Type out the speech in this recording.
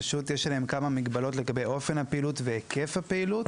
פשוט יש עליהם כמה מגבלות לגבי אופן הפעילות והיקף הפעילות